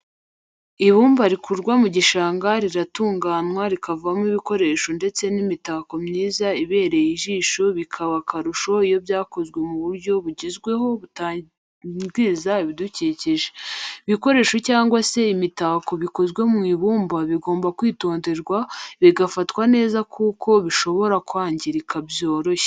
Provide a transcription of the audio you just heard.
Ibumba rikurwa mu gishanga riratunganywa rikavamo ibikoresho ndetse n'imitako myiza ibereye ijisho bikaba akarusho iyo byakozwe mu buryo bugezweho butangiza ibidukikije. ibikoresho cyangwa se imitako bikozwe mu ibumba bigomba kwitonderwa bigafatwa neza kuko bishobora kwangirika byoroshye.